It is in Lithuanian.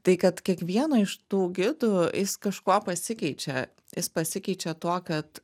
tai kad kiekvieno iš tų gidų jis kažkuo pasikeičia jis pasikeičia tuo kad